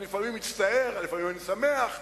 לפעמים אני מצטער, לפעמים אני שמח,